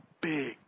big